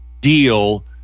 deal